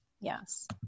Yes